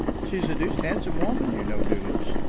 she's a doosed handsome woman, you know, doodles.